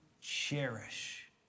cherish